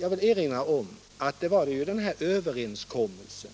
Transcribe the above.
Jag vill erinra om att det var överenskommelsen Om utbyggnaden av